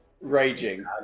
raging